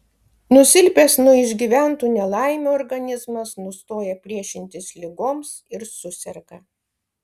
nusilpęs nuo išgyventų nelaimių organizmas nustoja priešintis ligoms ir suserga